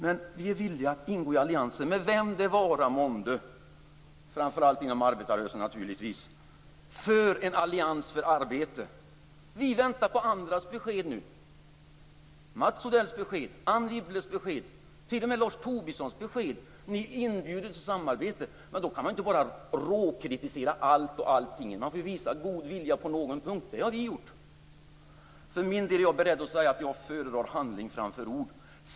Men vi är villiga att ingå i allianser med vem det vara månde, framför allt inom arbetarrörelsen naturligtvis, för arbetet. Vi väntar på andras besked nu. Vi väntar på Mats Odells, Anne Wibbles och t.o.m. Lars Tobissons besked. Ni inbjuder till samarbete, men då kan man inte råkritisera allt och alla. Man få ju visa god vilja på någon punkt. Det har vi gjort. Jag för min del är beredd att säga att jag föredrar handling framför ord.